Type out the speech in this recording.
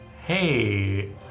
Hey